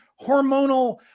hormonal